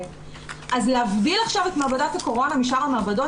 אז להבדיל עכשיו את מעבדת הקורונה משאר המעבדות,